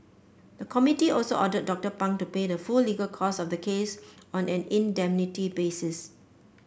the committee also ordered Doctor Pang to pay the full legal costs of the case on an indemnity basis